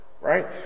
right